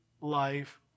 life